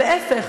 להפך,